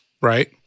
right